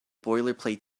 boilerplate